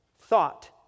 thought